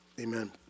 Amen